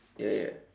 ya